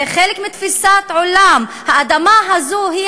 זה חלק מתפיסת עולם שאומרת: האדמה הזו היא